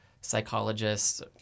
psychologists